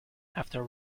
after